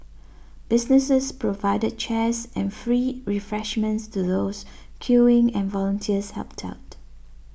businesses provided chairs and free refreshments to those queuing and volunteers helped out